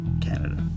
Canada